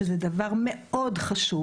שזה דבר מאוד חשוב.